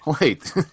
wait